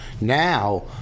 Now